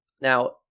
Now